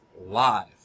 live